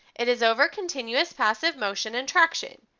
it is over continuous passive motion and traction.